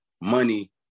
money